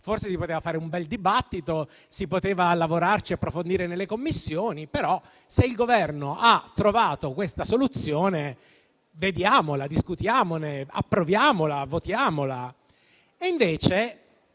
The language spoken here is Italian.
forse si poteva fare un bel dibattito, si poteva lavorarci e approfondirlo nelle Commissioni. Ma, se il Governo ha trovato questa soluzione, vediamola, discutiamone, votiamola approviamola.